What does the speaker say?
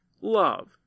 love